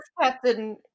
Captain